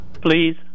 please